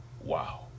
Wow